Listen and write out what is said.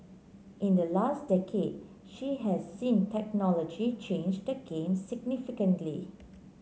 in the last decade she has seen technology change the game significantly